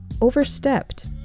overstepped